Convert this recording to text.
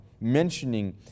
mentioning